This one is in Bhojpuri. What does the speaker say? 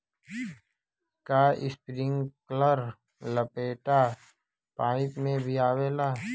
का इस्प्रिंकलर लपेटा पाइप में भी आवेला?